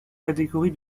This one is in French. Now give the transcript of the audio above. catégories